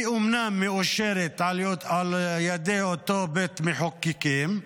היא אומנם מאושרת על ידי אותו בית מחוקקים,